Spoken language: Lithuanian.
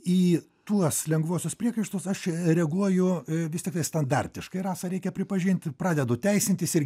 į tuos lengvuosius priekaištus aš reaguoju vis tiktai standartiškai rasa reikia pripažint pradedu teisintis ir